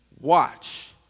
watch